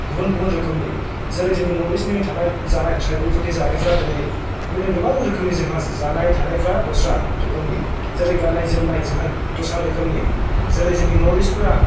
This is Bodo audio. गुबुन गुबुन रोखोमनि जेरै जोंनि नर्थ इस्टनि थानाय जानाय ट्राइबोलफोरनि जानायफ्राय दिनै बिबायदिनो गोबां रोखोमनि जोंहा जानाय थानायफ्रा दस्रा रोखोमनि जेरै गाननाय जोमनाय जोंहा दस्रा रोखोमनि जेरै जोंनि नर्थ इस्टफ्रा